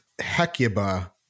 Hecuba